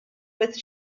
with